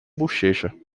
bochecha